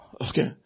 Okay